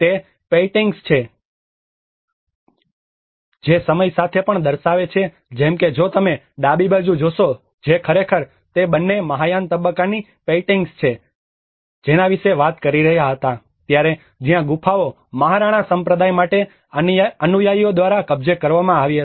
તે પેઇન્ટિંગ્સ છે જે સમય સાથે પણ દર્શાવે છે જેમ કે જો તમે ડાબી બાજુ જોશો જે ખરેખર તે બંને મહાયાન તબક્કાની પેઇન્ટિંગ્સ વિશે વાત કરી રહ્યા હતા ત્યારે જ્યાં ગુફાઓ મહારાણા સંપ્રદાય માટે અનુયાયીઓ દ્વારા કબજે કરવામાં આવી હતી